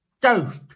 ghost